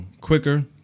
quicker